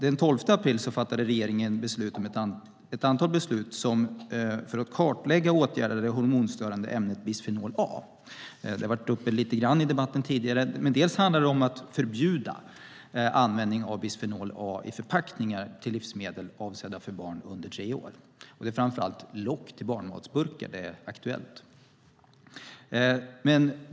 Den 12 april fattade regeringen ett antal beslut för att kartlägga åtgärder när det gäller det hormonstörande ämnet bisfenol A. Det har varit uppe lite grann i debatten tidigare. Det handlar bland annat om att förbjuda bisfenol A i förpackningar för livsmedel avsedda för barn under tre år. Det är aktuellt framför allt när det gäller lock till barnmatsburkar.